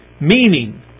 Meaning